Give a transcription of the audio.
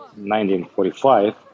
1945